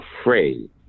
afraid